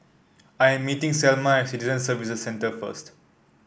I am meeting Selma Citizen Services Centre first